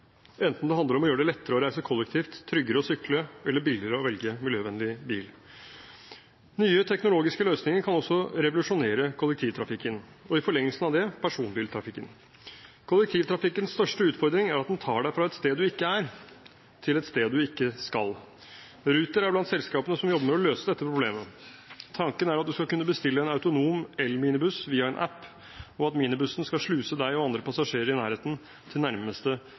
enten det handler om å gjøre det lettere å reise kollektivt, tryggere å sykle eller billigere å velge miljøvennlig bil. Nye teknologiske løsninger kan også revolusjonere kollektivtrafikken – og i forlengelsen av det, personbiltrafikken. Kollektivtrafikkens største utfordring er at den tar deg fra et sted du ikke er, til et sted du ikke skal. Ruter er blant selskapene som jobber med å løse dette problemet. Tanken er at du skal kunne bestille en autonom el-minibuss via en app, og at minibussen skal sluse deg og andre passasjerer i nærheten til nærmeste